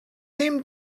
seem